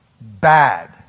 bad